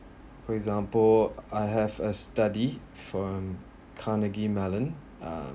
for example I have a study from uh